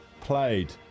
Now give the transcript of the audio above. played